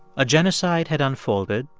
a genocide had unfolded,